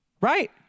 Right